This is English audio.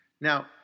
Now